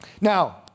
Now